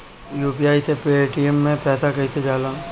UPI से Paytm मे पैसा कइसे जाला?